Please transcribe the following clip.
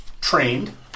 trained